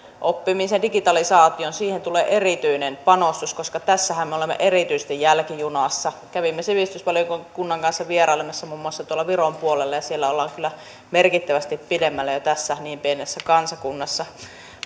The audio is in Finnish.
oppimiseen digitalisaatioon tulee erityinen panostus koska tässähän me olemme erityisesti jälkijunassa kävimme sivistysvaliokunnan kanssa vierailemassa muun muassa tuolla viron puolella ja siellä ollaan kyllä merkittävästi pidemmällä tässä niin pienessä kansakunnassa